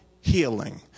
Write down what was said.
healing